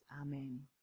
amen